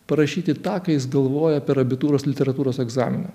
parašyti tą ką jis galvoja per abitūros literatūros egzaminą